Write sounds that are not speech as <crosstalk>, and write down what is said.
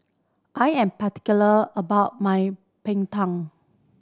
I am particular about my <unintelligible>